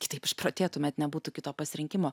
kitaip išprotėtumėt nebūtų kito pasirinkimo